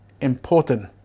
important